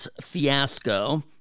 fiasco